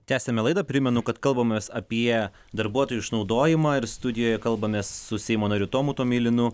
tęsiame laidą primenu kad kalbamės apie darbuotojų išnaudojimą ir studijoje kalbamės su seimo nariu tomu tomilinu